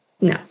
no